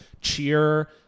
Cheer